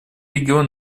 регион